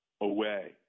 away